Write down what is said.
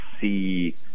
see –